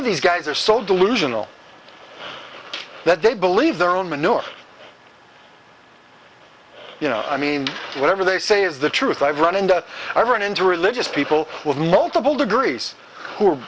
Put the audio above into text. of these guys are so delusional that they believe their own manure you know i mean whatever they say is the truth i've run into i run into religious people with multiple degrees who